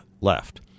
left